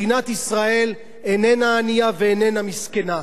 מדינת ישראל איננה ענייה ואיננה מסכנה.